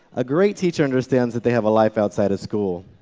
a great teacher understands that they have a life outside of school.